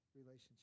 relationship